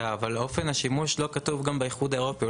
אבל אופן השימוש לא כתוב גם באיחוד האירופי.